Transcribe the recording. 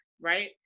right